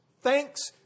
Thanks